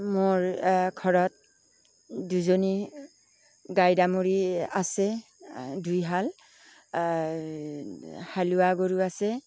মোৰ ঘৰত দুজনী গাই দামুৰী আছে দুইহাল হালোৱা গৰু আছে